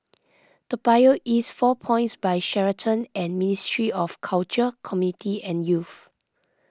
Toa Payoh East four Points By Sheraton and Ministry of Culture Community and Youth